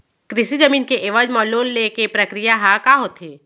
कृषि जमीन के एवज म लोन ले के प्रक्रिया ह का होथे?